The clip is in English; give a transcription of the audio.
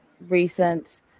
recent